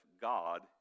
God